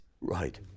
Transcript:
Right